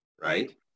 Right